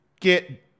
get